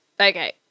Okay